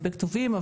בכתובים,